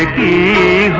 the